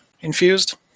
infused